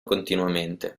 continuamente